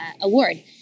award